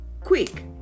quick